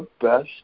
best